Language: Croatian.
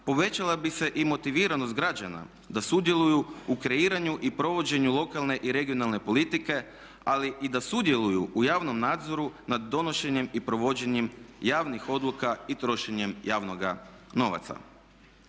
povećala bi se i motiviranost građana da sudjeluju u kreiranju i provođenju lokalne i regionalne politike ali i da sudjeluju u javnom nadzoru nad donošenjem i provođenjem javnih odluka i trošenjem javnog novca.